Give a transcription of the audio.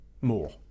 more